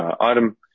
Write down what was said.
item